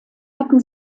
hatten